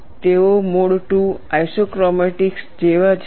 તેઓ mode II isochromatics જેવા જ છે